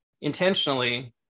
intentionally